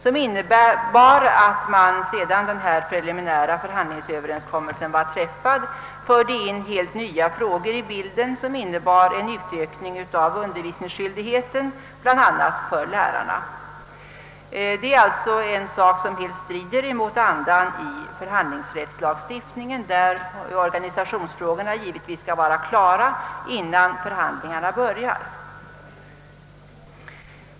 Det innebar att man, sedan den preliminära förhandlingsöverenskommelsen var träffad, förde in helt nya ting i bilden — bl.a. en utökning av undervisningsskyldigheten för lärarna. Det är ett förfarande som helt strider mot andan i förhandlingsrättslagstiftningen, enligt vilken organisationsfrågorna skall vara klara innan förhandlingarna börjar.